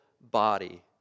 body